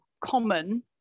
common